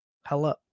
Hello